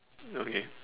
okay